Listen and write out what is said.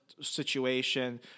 Situation